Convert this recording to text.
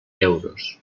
euros